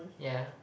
yeah